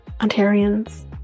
ontarians